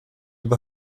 über